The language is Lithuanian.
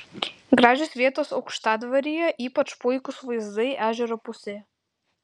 gražios vietos aukštadvaryje ypač puikūs vaizdai ežero pusėje